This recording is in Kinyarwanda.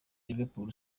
liverpool